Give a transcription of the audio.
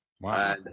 wow